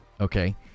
Okay